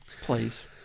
Please